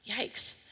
Yikes